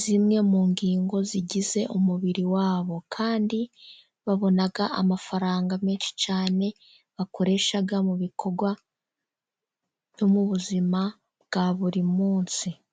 zimwe mu ngingo zigize umubiri wa bo, kandi babona amafaranga menshi cyane, bakoresha mu bikorwa byo mu buzima bwa buri munsi.